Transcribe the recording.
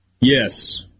yes